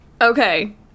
Okay